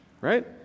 right